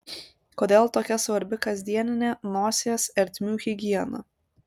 kodėl tokia svarbi kasdieninė nosies ertmių higiena